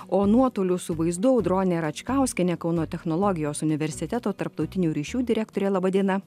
o nuotoliu su vaizdu audronė račkauskienė kauno technologijos universiteto tarptautinių ryšių direktorė laba diena